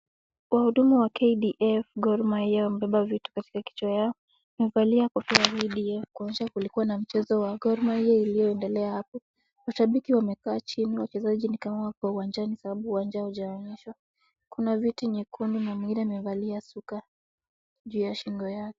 Wahudumu wa KDF Gor Mahia wamebeba vitu katika kichwa yao, wamevalia kofia ya KDF kuonyesha kulikuwa na mchezo wa Gor Mahia iliyoendelea hapo, mashabiki wamekaa chini, wachezaji ni kama wako uwanjani sababu uwanja hujaonyeshwa, kuna viti nyekundu, mwengine amevalia shuka juu ya shingo yake.